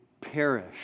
perish